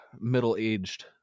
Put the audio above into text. middle-aged